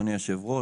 אדוני היו"ר.